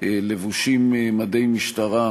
לבושים מדי משטרה,